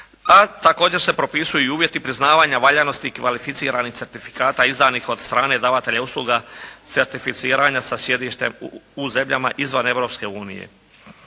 A također se propisuju i uvjetu priznavanja valjanosti kvalificiranih certifikata izdanih od strane davatelja usluga certificiranja sa sjedištem u zemljama izvan Europske unije.